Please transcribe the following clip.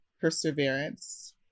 perseverance